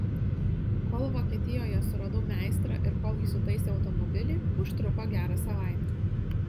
kol vokietijoje suradau meistrą ir kol jis sutaisė automobilį užtruko gerą savaitę